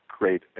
great